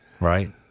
right